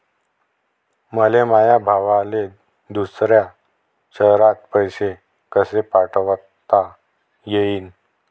मले माया भावाले दुसऱ्या शयरात पैसे कसे पाठवता येईन?